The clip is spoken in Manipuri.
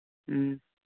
ꯎꯝ